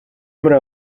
muri